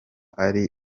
ari